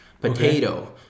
potato